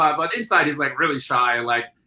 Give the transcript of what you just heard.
ah but inside he's like really shy, like.